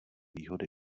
výhody